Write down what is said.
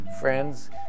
Friends